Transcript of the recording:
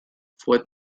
fue